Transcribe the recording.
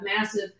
massive